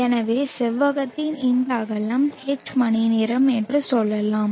எனவே செவ்வகத்தின் இந்த அகலம் H மணிநேரம் என்று சொல்லலாம்